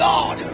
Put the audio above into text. God